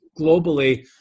globally